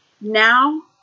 now